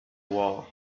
war